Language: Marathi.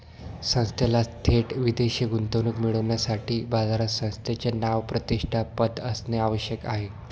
संस्थेला थेट विदेशी गुंतवणूक मिळविण्यासाठी बाजारात संस्थेचे नाव, प्रतिष्ठा, पत असणे आवश्यक आहे